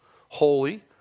holy